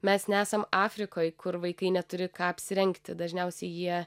mes nesam afrikoj kur vaikai neturi ką apsirengti dažniausiai jie